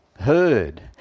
heard